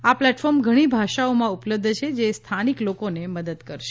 આ પ્લેટફોર્મ ઘણી ભાષાઓમાં ઉપલબ્ધ છે જે સ્થાનિક લોકોને મદદ કરશે